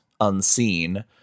unseen